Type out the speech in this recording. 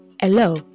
Hello